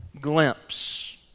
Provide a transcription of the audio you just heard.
glimpse